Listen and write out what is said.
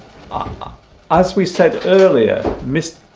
ah as we said earlier mr.